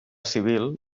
civil